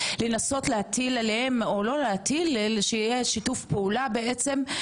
שיהיה שיתוף פעולה בעצם בין רשות האוכלוסין לבין משרד החוץ,